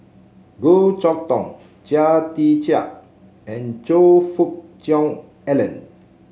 Goh Chok Tong Chia Tee Chiak and Choe Fook Cheong Alan